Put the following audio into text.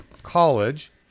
college